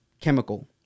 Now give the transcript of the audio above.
Chemical